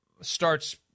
starts